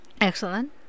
excellent